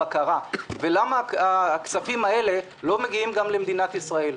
הבקרה ולמה הכספים האלה לא מגיעים גם למדינת ישראל.